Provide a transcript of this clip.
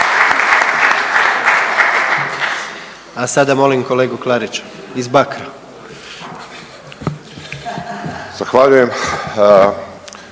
A sada molim kolegu Klarića iz Bakra. **Klarić,